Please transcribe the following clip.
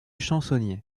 chansonnier